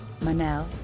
Manel